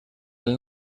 del